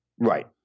Right